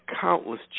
countless